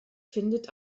findet